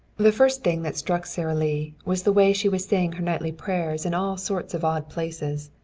the first thing that struck sara lee was the way she was saying her nightly prayers in all sorts of odd places.